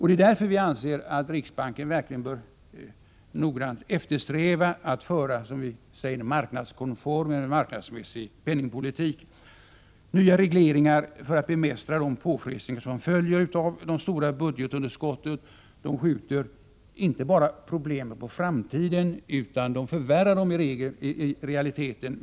Det är därför vi anser att riksbanken bör noggrant eftersträva att föra en marknadsmässig penningpolitik. Nya regleringar för att bemästra den påfrestning som följer av de stora budgetunderskotten skjuter inte bara problemen på framtiden utan förvärrar dem i realiteten.